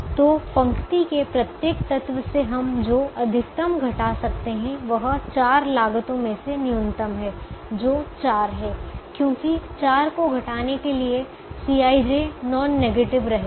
तो पंक्ति के प्रत्येक तत्व से हम जो अधिकतम घटा सकते हैं वह 4 लागतों में से न्यूनतम है जो 4 है क्योंकि 4 को घटाने के लिए Cij नॉन नेगेटिव रहेगा